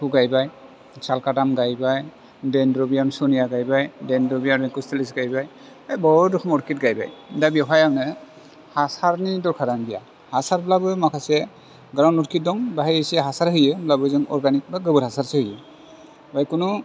खौ गायबाय सालखाथाम गायबाय डेनद्रुबियाम सनिया गायबाय डेनद्रुबियान कस्थुलित गायबाय बहुथ रोखोम अरखिद गायबाय दा बेवहाय आङो हासारनि दरखारानो गैया हासारब्लाबो माखासे गोरान अरखिद दं बाहाय एसे हासार होयो होनबाबो जों अरगानिक बा गोबोर हासार होयो बेवहाय खुनु